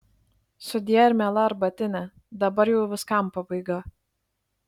sudie ir miela arbatine dabar jau viskam pabaiga